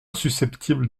susceptible